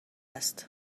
است